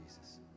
Jesus